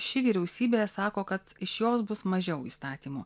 ši vyriausybė sako kad iš jos bus mažiau įstatymų